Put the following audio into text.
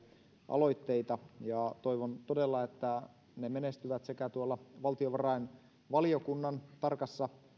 aloitteita ja toivon todella että ne menestyvät sekä tuolla valtiovarainvaliokunnan tarkassa